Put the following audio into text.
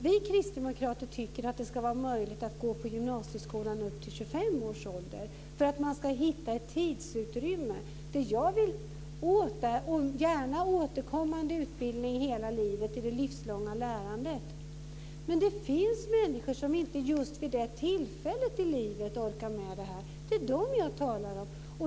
Vi kristdemokrater tycker att det ska vara möjligt att gå på gymnasieskolan upp till 25 års ålder för att man ska hitta ett tidsutrymme, och gärna ha återkommande utbildning hela livet i det livslånga lärandet. Men det finns människor som inte orkar med detta vid just det här tillfället i livet. Det är dem jag talar om.